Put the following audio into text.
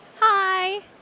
Hi